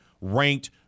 Ranked